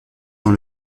dans